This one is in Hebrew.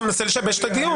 אתה מנסה לשבש את הדיון.